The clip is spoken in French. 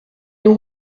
nous